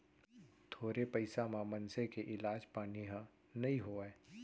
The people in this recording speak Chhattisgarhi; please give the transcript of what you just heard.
थोरे पइसा म मनसे के इलाज पानी ह नइ होवय